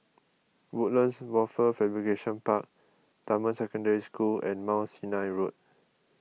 Woodlands Wafer Fabrication Park Dunman Secondary School and Mount Sinai Road